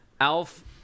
ALF